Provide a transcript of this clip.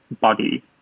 body